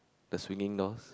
the swinging doors